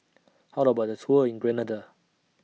How about The Tour in Grenada